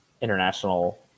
international